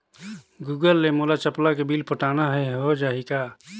Google pay ले मोल चपला के बिल पटाना हे, हो जाही का?